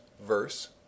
verse